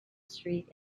street